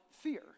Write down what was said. fear